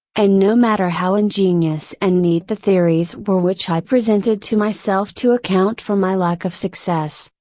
and no matter how ingenious and neat the theories were which i presented to myself to account for my lack of success,